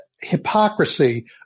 hypocrisy